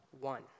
one